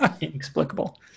Inexplicable